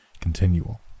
continual